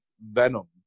Venom